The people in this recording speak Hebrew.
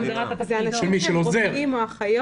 של עוזר.